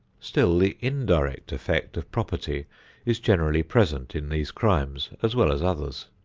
still the indirect effect of property is generally present in these crimes as well as others.